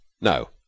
No